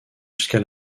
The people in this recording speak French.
jusqu’à